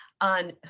on